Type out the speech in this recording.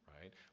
right